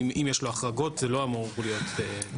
אם יש לו החרגות זה לא אמור להיות תשלום.